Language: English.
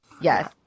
yes